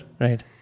right